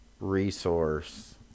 resource